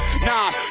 Nah